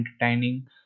entertaining